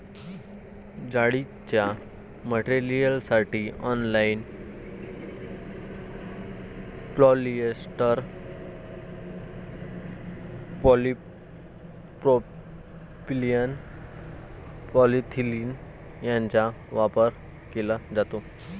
जाळीच्या मटेरियलसाठी nylon, polyester, polypropylene, polyethylene यांचा वापर केला जातो